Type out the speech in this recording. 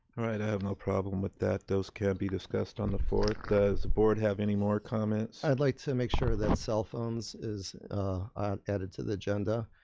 all right, i have no problem with that, those can be discussed on the fourth. does the board have any more comments? i'd like to make sure that cell phones is added to the agenda,